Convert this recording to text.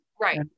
Right